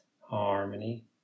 harmony